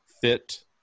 fit